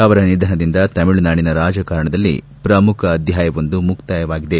ಅವರ ನಿಧನದಿಂದ ತಮಿಳುನಾಡಿನ ರಾಜಕಾರಣದಲ್ಲಿ ಪ್ರಮುಖ ಅಧ್ಯಾಯವೊಂದು ಮುಕ್ತಾಯವಾಗಿದೆ